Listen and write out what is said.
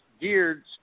geared